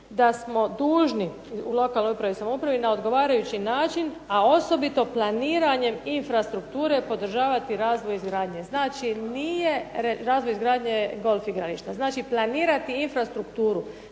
da smo dužni u lokalnoj upravi i samoupravi na odgovarajući način, a osobito planiranjem infrastrukture podržavati razvoj izgradnje golf igrališta. Znači, planirati infrastrukturu.